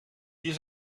hier